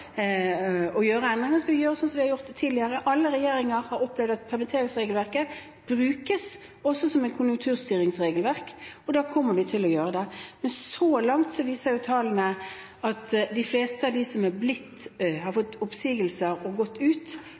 å gjøre endringer, vil vi gjøre sånn som vi har gjort det tidligere. Alle regjeringer har opplevd at permitteringsregelverket også brukes som et konjunkturstyringsregelverk, og da kommer vi til å gjøre det. Men så langt viser tallene at de fleste av dem som har fått oppsigelser og gått ut,